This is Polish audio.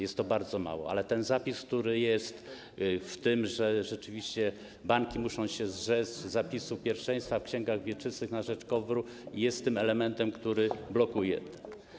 Jest to bardzo mało, ale zapis, który jest o tym, że rzeczywiście banki muszą się zrzec zapisu pierwszeństwa w księgach wieczystych na rzecz KOWR-u, jest tym elementem, który blokuje.